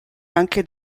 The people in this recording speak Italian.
anche